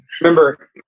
Remember